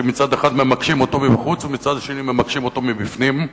שמצד אחד ממקשים אותו מבחוץ ומצד שני ממקשים אותו מבפנים,